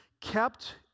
kept